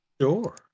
Sure